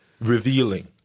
Revealing